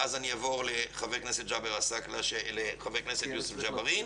ואז אעבור לחבר הכנסת יוסף ג'בארין.